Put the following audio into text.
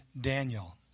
Daniel